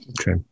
Okay